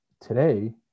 today